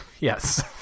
yes